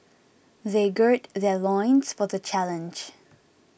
they gird their loins for the challenge